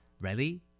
Ready